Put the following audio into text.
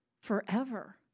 Forever